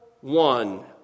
one